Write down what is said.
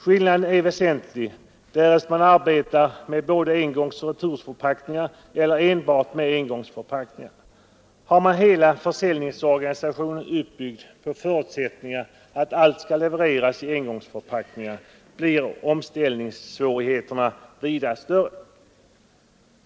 Skillnaden är väsentlig mellan att arbeta med både engångsoch returförpackningar eller enbart engångsförpackningar. Har man hela försäljningsorganisationen uppbyggd på förutsättningen att allt skall levereras i engångsförpackningar blir omställningssvårigheterna vida större än om man har olika slag av förpackningar.